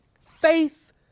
faith